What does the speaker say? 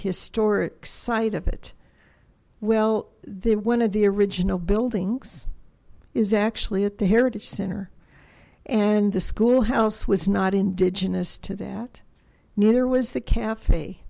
historic site of it well there one of the original buildings is actually at the heritage center and the school house was not indigenous to that neither was the cafe